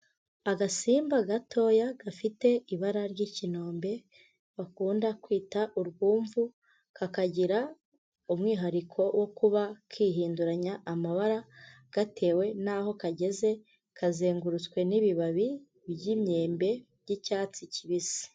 Agasimba gatoya gafite ibara ry'ikinombe, bakunda kwita urwumvu, ka kagira umwihariko wo kuba kihinduranya amabara, gatewe n'aho kageze, kazengurutswe n'ibibabi by'imyembe by'icyatsi kibisi.